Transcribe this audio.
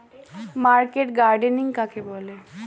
Market gardening কাকে বলে?